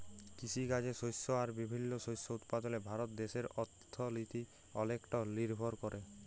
কিসিকাজে শস্য আর বিভিল্ল্য শস্য উৎপাদলে ভারত দ্যাশের অথ্থলিতি অলেকট লিরভর ক্যরে